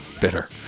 Bitter